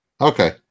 Okay